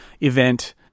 event